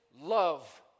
love